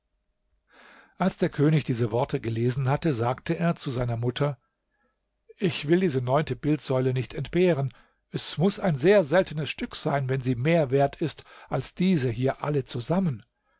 als der könig diese worte gelesen hatte sagte er zu seiner mutter ich will diese neunte bildsäule nicht entbehren es muß ein sehr seltenes stück sein wenn sie mehr wert ist als diese hier alle zusammen